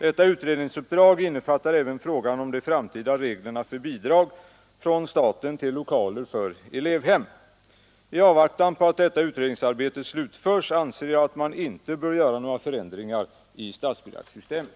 Detta utredningsuppdrag innefattar även frågan om de framtida reglerna för bidrag från staten till lokaler för elevhem. I avvaktan på att detta utredningsarbete slutförs anser jag att man inte bör göra några förändringar i statsbidragssystemet.